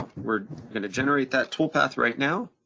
we're gonna generate that toolpath right now.